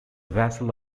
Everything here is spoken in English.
vassal